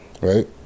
right